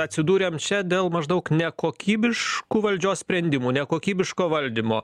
atsidūrėm čia dėl maždaug nekokybiškų valdžios sprendimų nekokybiško valdymo